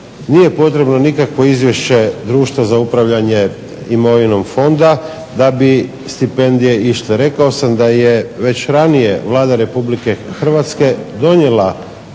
Nije potrebno nikakvo izvješće društva za upravljanje imovinom fonda da bi stipendije išle. Rekao sam da je već ranije Vlada Republike Hrvatske donijela